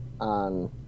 On